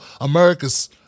America's